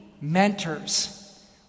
mentors